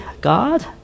God